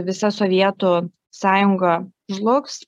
visa sovietų sąjunga žlugs